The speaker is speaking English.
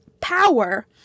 power